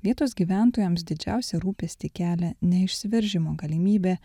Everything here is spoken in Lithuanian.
vietos gyventojams didžiausią rūpestį kelia ne išsiveržimo galimybė